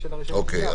אני